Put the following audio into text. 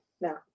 no